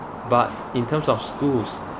but in term of schools